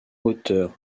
auteur